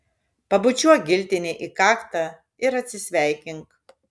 pabučiuok giltinei į kaktą ir atsisveikink